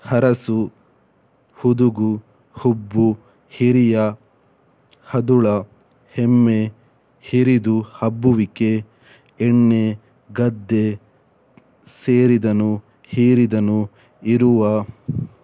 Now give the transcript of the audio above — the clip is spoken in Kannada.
ಹರಸು ಹುದುಗು ಹುಬ್ಬು ಹಿರಿಯ ಹದುಳ ಹೆಮ್ಮೆ ಹಿರಿದು ಹಬ್ಬುವಿಕೆ ಎಣ್ಣೆ ಗದ್ದೆ ಸೇರಿದನು ಹೀರಿದನು ಇರುವ